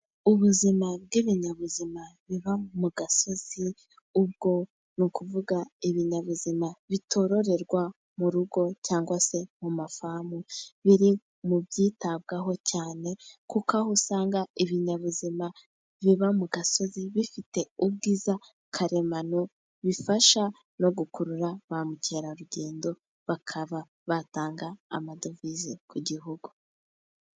Ubuzima bw'ibinyabuzima biva mu gasozi, ubwo ni ukuvuga ibinyabuzima bitororerwa mu rugo cyangwa se mu mafamu. Biri mu byitabwaho cyane kuko aho usanga ibinyabuzima biba mu gasozi bifite ubwiza karemano, bifasha no gukurura ba mukerarugendo bakaba batanga amadovize ku gihugu.